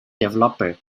developer